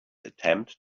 attempt